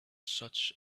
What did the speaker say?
such